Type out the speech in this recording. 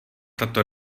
tato